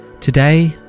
Today